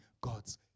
God's